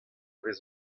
vez